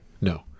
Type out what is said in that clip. no